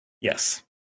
Yes